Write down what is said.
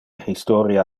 historia